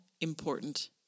important